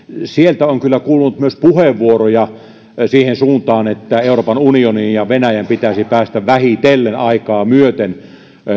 sieltä on kyllä kuulunut myös yksittäisiä puheenvuoroja siihen suuntaan että euroopan unionin ja venäjän pitäisi päästä vähitellen aikaa myöten